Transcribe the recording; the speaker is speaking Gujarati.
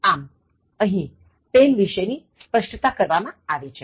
આમઅહી પેન વિશે ની સ્પષ્ટતા કરવામાં આવી છે